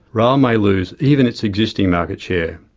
rail may lose even its existing market share.